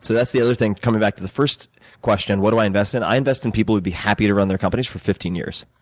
so that's the other thing, coming back to the first question what do i invest in? i invest in people who'd be happy to run their companies for fifteen years